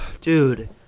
Dude